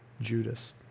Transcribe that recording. Judas